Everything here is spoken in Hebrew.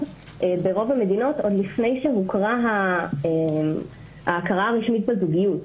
ברוב המדינות עוד לפני ההכרה הרשמית בזוגיות,